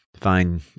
fine